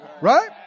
Right